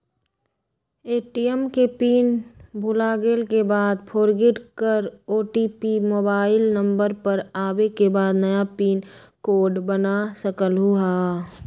ATM के pin भुलागेल के बाद फोरगेट कर ओ.टी.पी मोबाइल नंबर पर आवे के बाद नया पिन कोड बना सकलहु ह?